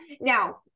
now